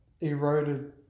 eroded